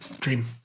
Dream